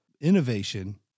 innovation